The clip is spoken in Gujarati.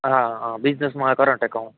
હાં હાં બિઝનેસમાં એ કરંટ એકાઉન્ટ